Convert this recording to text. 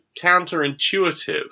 counterintuitive